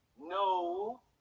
no